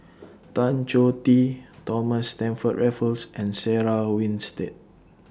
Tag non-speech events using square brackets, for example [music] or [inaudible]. [noise] Tan Choh Tee [noise] Thomas Stamford Raffles and Sarah Winstedt [noise]